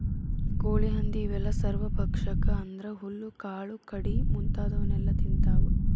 ಕೋಳಿ ಹಂದಿ ಇವೆಲ್ಲ ಸರ್ವಭಕ್ಷಕ ಅಂದ್ರ ಹುಲ್ಲು ಕಾಳು ಕಡಿ ಮುಂತಾದವನ್ನೆಲ ತಿಂತಾವ